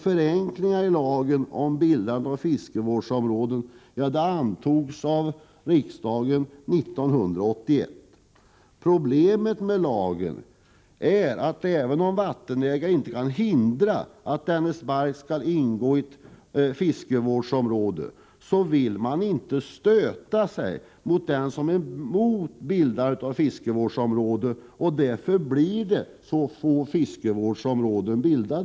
Förenklingar i lagen om bildande av fiskevårdsområden antogs av riksdagen 1981. Problemet med lagen är att även om vattenägare inte kan hindra att hans mark skall ingå i ett fiskevårdsområde, vill man ofta inte stöta sig med den som är emot ett bildande av fiskevårdsområde. Det är därför som så få fiskevårdsområden bildas.